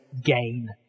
gain